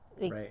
Right